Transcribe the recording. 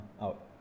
out